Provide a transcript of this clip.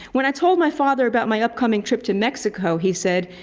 when i told my father about my upcoming trip to mexico, he said,